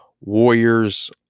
Warriors